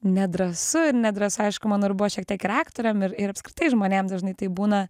nedrąsu ir nedrąsu aišku manau ir buvo šiek tiek ir aktoriam ir ir apskritai žmonėms dažnai taip būna